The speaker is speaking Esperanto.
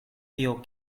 tio